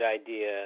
idea